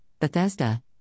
Bethesda